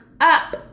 up